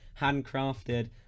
handcrafted